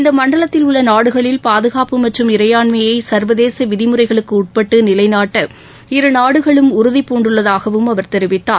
இந்த மண்டலத்தில் உள்ள நாடுகளில் பாதுகாப்பு மற்றும் இறையாண்மையை சர்வதேச விதிமுறைகளுக்குட்பட்டு நிலைநாட்ட இருநாடுகளும் உறுதிபூண்டுள்ளதாகவும் அவர் தெரிவித்தார்